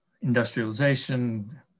industrialization